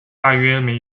大约